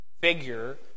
figure